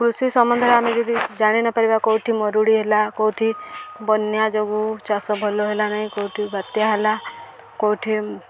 କୃଷି ସମ୍ବନ୍ଧରେ ଆମେ ଯଦି ଜାଣିନପାରିବା କେଉଁଠି ମରୁଡ଼ି ହେଲା କେଉଁଠି ବନ୍ୟା ଯୋଗୁଁ ଚାଷ ଭଲ ହେଲା ନାହିଁ କେଉଁଠି ବାତ୍ୟା ହେଲା କେଉଁଠି